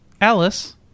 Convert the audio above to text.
Alice